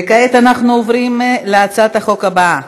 וכעת אנחנו עוברים להצעת החוק הבאה,